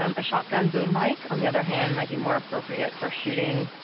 um a shotgun boom mic, on the other hand, might be more appropriate for shooting